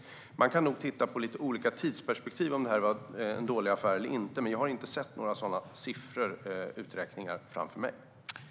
När det gäller om detta var en dålig affär eller inte kan man nog titta på lite olika tidsperspektiv. Några sådana siffror eller uträkningar har jag dock inte sett.